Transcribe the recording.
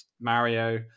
Mario